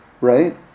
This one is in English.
Right